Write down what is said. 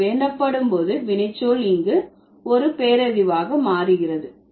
அது வேண்டப்படும் போது வினைச்சொல் இங்கு ஒரு பெயரெதிவாக மாறுகிறது